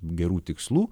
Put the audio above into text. gerų tikslų